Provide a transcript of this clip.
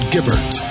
Gibbert